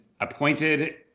appointed